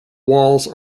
walls